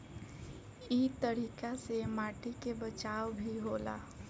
इ तरीका से माटी के बचाव भी होला